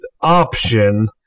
option